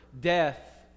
death